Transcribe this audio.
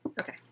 Okay